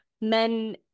men